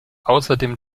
außerdem